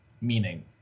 meaning